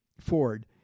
Ford